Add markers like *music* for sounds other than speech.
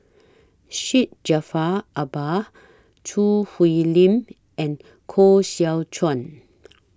Syed Jaafar Albar Choo Hwee Lim and Koh Seow Chuan *noise*